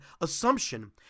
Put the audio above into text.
assumption